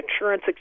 insurance